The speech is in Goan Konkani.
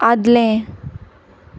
आदलें